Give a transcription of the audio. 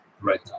right